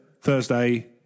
Thursday